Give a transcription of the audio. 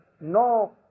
no